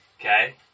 Okay